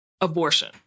Abortion